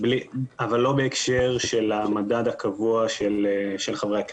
לא את המדד הקבוע של חברי הכנסת.